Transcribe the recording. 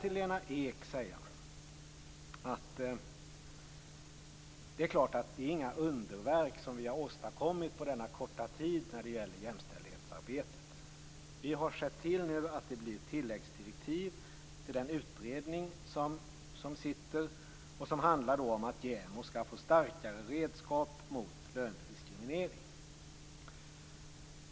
Till Lena Ek vill jag säga att det är klart att det inte är några underverk som vi har åstadkommit i jämställdhetsarbetet på denna korta tid. Vi har sett till att det blir tilläggsdirektiv till den utredning som pågår och som handlar om att JämO skall få starkare redskap mot lönediskriminering.